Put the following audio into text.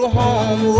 home